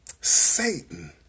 Satan